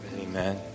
Amen